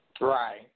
Right